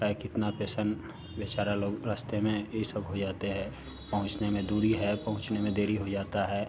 चाहे कितना पेशेंट बेचारा लोग रस्ते में इ सब हो जाते है पहुँचने में दूरी है पहुँचने में देरी हो जाता है